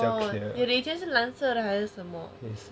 oh 有的以前是蓝色还是什么